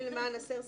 למה זה לא כל מוסד?